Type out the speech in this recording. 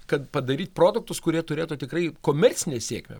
kad padaryt produktus kurie turėtų tikrai komercinę sėkmę